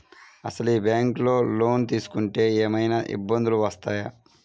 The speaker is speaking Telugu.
అసలు ఈ బ్యాంక్లో లోన్ తీసుకుంటే ఏమయినా ఇబ్బందులు వస్తాయా?